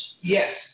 Yes